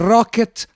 Rocket